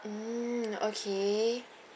mm okay